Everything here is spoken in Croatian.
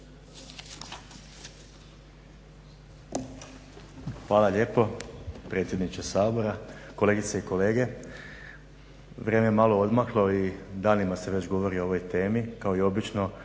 hvala lijepo predsjedniče Sabora, kolegice i kolege, vrijeme je malo odmaklo i danima se već govori o ovoj temi.